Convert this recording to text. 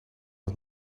het